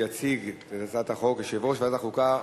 יציג את הצעת החוק יושב-ראש ועדת החוקה,